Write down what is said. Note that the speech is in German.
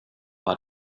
war